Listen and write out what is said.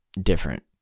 different